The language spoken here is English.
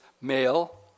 male